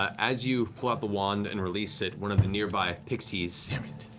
as you pull out the wand and release it, one of the nearby pixies it